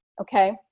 okay